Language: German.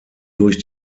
durch